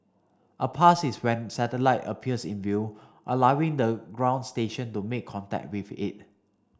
a pass is when satellite appears in view allowing the ground station to make contact with it